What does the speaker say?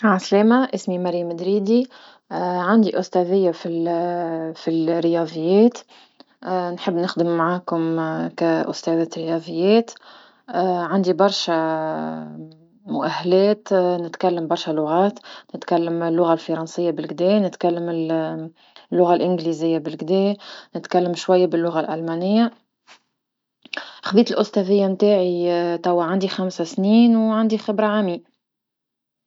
عسلامة اسمي مريم دريدي عندي أستاذية فل فل الرياضيات، نحب نخدم معاكم كأستاذة رياضيات، عندي برشا مؤهلات نتكلم برشا لغات، نتكلم اللغة الفرنسية بالكدا نتكلم اللغة الانجليزية بلكدا نتكلم شوي باللغة الالمانية، خذيت الأستاذية نتاعي توا عندي خمس سنين وعندي خبرة عامية.